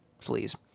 fleas